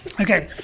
Okay